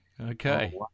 Okay